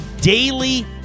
daily